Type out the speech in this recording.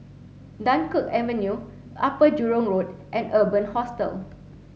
Dunkirk Avenue Upper Jurong Road and Urban Hostel